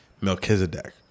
Melchizedek